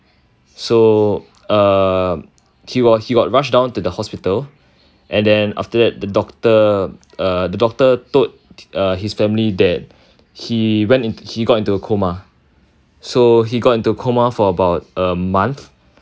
so uh he got he got rushed down to the hospital and then after that the doctor uh the doctor told uh his family that he went he got into coma so he got into a coma for about a month